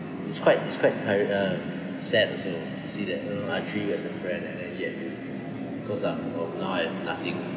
it's quite it's quite tire~ uh sad also to see that I treat you as a friend and then yet they because um from now I'm nothing